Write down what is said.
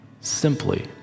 simply